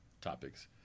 topics